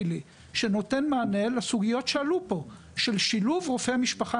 שנותן מענה לסוגיות שעלו פה של שילוב רופא המשפחה.